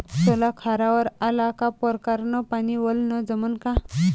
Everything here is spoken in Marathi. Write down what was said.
सोला खारावर आला का परकारं न पानी वलनं जमन का?